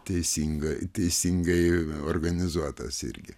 teisingai teisingai organizuotas irgi